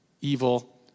evil